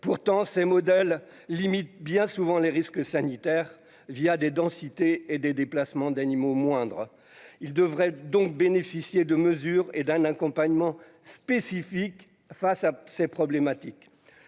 pourtant ces modèles limite bien souvent les risques sanitaires via des densités et des déplacements d'animaux moindre, il devrait donc bénéficier de mesures et d'un accompagnement spécifique face à ces problématiques